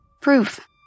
Proof